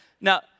Now